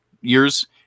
year's